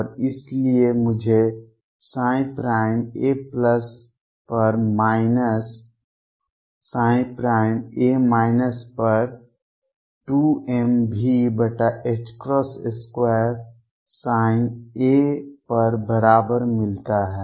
और इसलिए मुझे a पर माइनस a पर 2mV2 ψ a पर बराबर मिलता है